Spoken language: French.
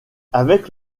avec